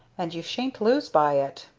and you shan't lose by it!